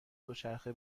دوچرخه